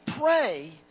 pray